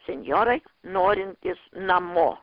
senjorai norintys namo